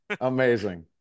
Amazing